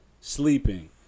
sleeping